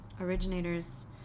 originators